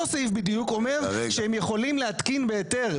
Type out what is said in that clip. אותו סעיף בדיוק אומר שהם יכולים להתקין בהיתר,